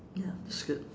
ya that's good